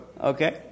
Okay